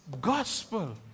gospel